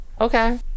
Okay